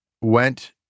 went